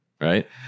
right